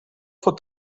for